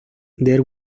there